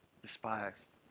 Despised